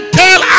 tell